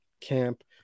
camp